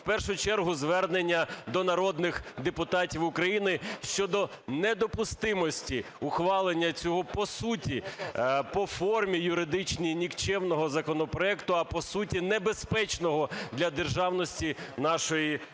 в першу чергу звернення до народних депутатів України щодо недопустимості ухвалення цього, по суті, по формі юридичній нікчемного законопроекту, а по суті - небезпечного для державності нашої країни.